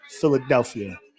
Philadelphia